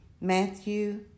Matthew